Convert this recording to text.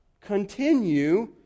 continue